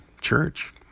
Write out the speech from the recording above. church